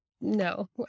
no